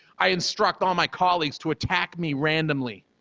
i instruct all my colleagues to attack me randomly.